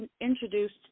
introduced